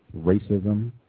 racism